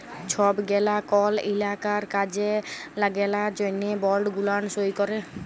ছব গেলা কল ইলাকার কাজ গেলার জ্যনহে বল্ড গুলান সই ক্যরে